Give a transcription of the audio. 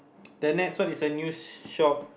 the next one is a news shop